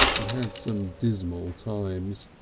and had some dismal times.